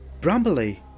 Brambley